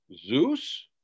Zeus